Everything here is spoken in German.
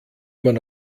man